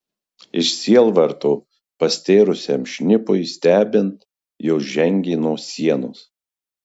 iš sielvarto pastėrusiam šnipui stebint jos žengė nuo sienos